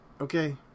Okay